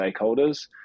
stakeholders